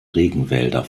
regenwälder